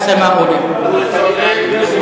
הַדַ'א אֵ-סַּמַאאֻ הֻוַ לִי.